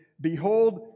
behold